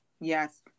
yes